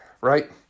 right